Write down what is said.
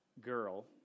girl